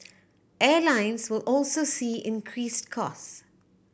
airlines will also see increased cost